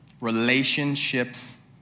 Relationships